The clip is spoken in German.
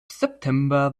september